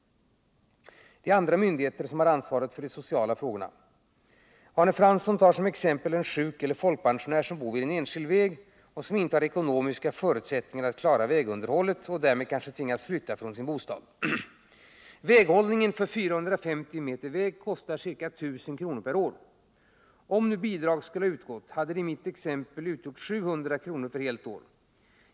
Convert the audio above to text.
Det är andra myndigheter som har ansvaret för de sociala frågorna. Arne Fransson tar som exempel en sjukeller folkpensionär som bor vid en enskild väg och som inte har ekonomiska förutsättningar att klara vägunderhållet och därmed kanske tvingas flytta från sin bostad. Väghållningen för 450 m väg kostar ca 1 000 kr. per år. Om nu bidrag skulle ha utgått hade det i mitt exempel utgjort 700 kr. för helt år.